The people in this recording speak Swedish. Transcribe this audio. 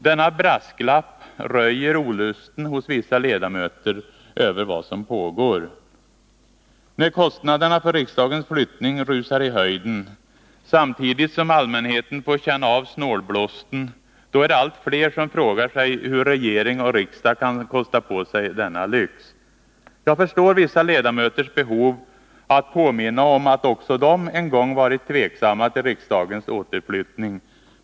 Denna ”brasklapp” röjer olusten hos vissa ledamöter över vad som pågår. När kostnaderna för riksdagens flyttning rusar i höjden, samtidigt som allmänheten får känna av snålblåsten, är det allt fler som frågar sig hur regering och riksdag kan kosta på sig denna lyx. Jag förstår vissa ledamöters behov att påminna om att också de en gång varit tveksamma till riksdagens 15 återflyttning.